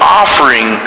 offering